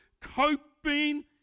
coping